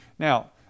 Now